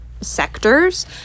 sectors